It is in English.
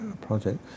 project